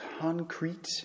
concrete